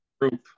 group